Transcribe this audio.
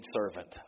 servant